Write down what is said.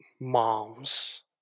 moms